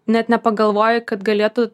net nepagalvoji kad galėtų